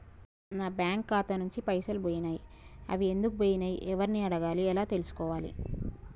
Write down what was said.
నా బ్యాంకు ఖాతా నుంచి పైసలు పోయినయ్ అవి ఎందుకు పోయినయ్ ఎవరిని అడగాలి ఎలా తెలుసుకోవాలి?